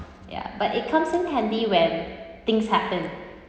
ya but it comes in handy when things happen